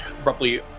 abruptly